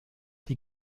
die